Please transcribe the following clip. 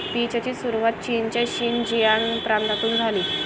पीचची सुरुवात चीनच्या शिनजियांग प्रांतातून झाली